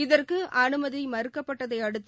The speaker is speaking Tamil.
இதற்குஅனுமதிமறுக்கப்பட்டதைஅடுத்து